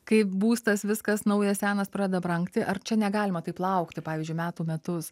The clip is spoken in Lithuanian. kai būstas viskas naujas senas pradeda brangti ar čia negalima taip laukti pavyzdžiui metų metus